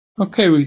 Okay